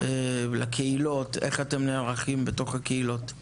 לקהילות איך אתם נערכים בתוך הקהילות;